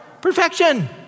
Perfection